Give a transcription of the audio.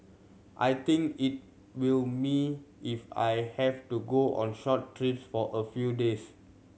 I think it will me if I have to go on short trips for a few days